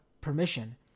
permission